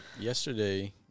Yesterday